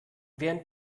während